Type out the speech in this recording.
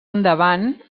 endavant